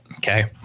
Okay